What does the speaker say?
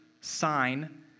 sign